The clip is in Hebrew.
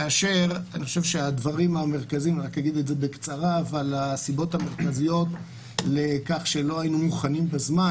כאשר הדברים המרכזיים והסיבות המרכזיות לכך שלא היו מוכנים בזמן,